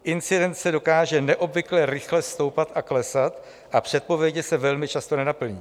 Incidence dokáže neobvykle rychle stoupat a klesat a předpovědi se velmi často nenaplní.